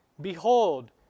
Behold